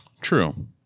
True